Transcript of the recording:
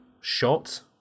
shot